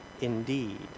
indeed